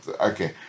Okay